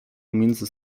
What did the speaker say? między